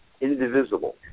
Indivisible